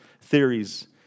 theories